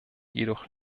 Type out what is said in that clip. jedoch